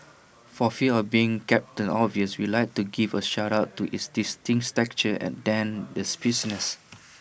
for fear of being captain obvious we'd like to give A shout out to its distinct texture than the spiciness